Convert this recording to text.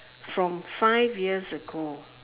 from five years ago